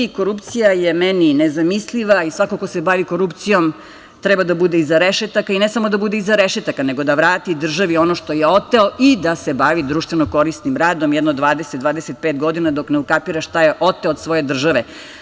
Korupcija je meni nezamisliva i svako ko se bavi korupcijom treba da bude iza rešetaka i ne samo da bude iza rešetaka, nego da vrati državi ono što je oteo i da se bavi društveno korisnim radom jedno 20, 25 godina, dok ne ukapira šta je oteo od svoje države.